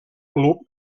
club